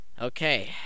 Okay